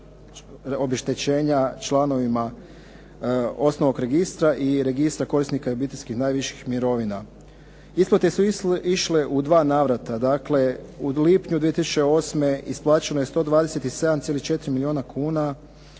obeštećenja članovima osnovnog registra i registra korisnika i obiteljskih najviših mirovina. Isplate su išle u dva navrata, dakle u lipnju 2008. isplaćeno je 127,4 milijuna kuna